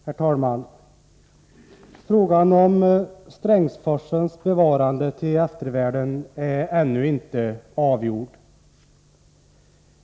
Herr talman! Frågan om Strängsforsens bevarande till eftervärlden är ännu inte avgjord.